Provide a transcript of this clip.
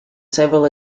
several